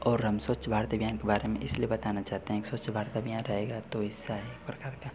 और हम स्वच्छ भारत अभियान के बारे में इसलिए बताना चाहते हैं कि स्वच्छ भारत अभियान रहेगा तो इसका यही पर